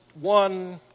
one